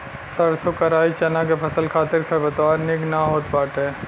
सरसों कराई चना के फसल खातिर खरपतवार निक ना होत बाटे